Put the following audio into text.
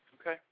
Okay